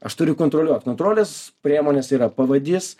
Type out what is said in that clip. aš turiu kontroliuot kontrolės priemonės yra pavadys